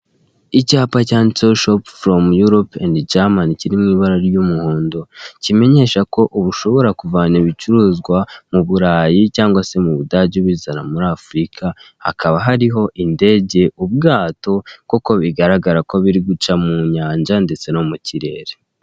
Icyapa cyanditseho shopu foromu yurope endi jamani kiri mu ibara ry'umuhondo kimenyesha ko ubu ushobora kuvana ibicuruzwa mu burayi cyangwa se mu budage ubizana muri afurika , hakaba hariko indege, ubwato koko bigaragara ko biri guca mu nyanja ndetse no mu kirere.